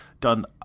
done